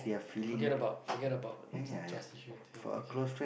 forget about forget about trust issue thing okay